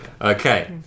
Okay